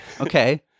Okay